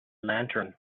lantern